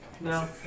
No